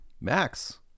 Max